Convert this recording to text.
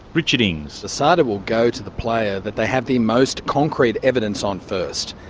richard ings asada will go to the player that they have the most concrete evidence on first,